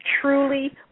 truly